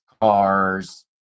cars